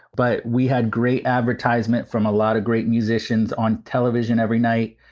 but we had great advertisement from a lot of great musicians on television every night.